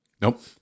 Nope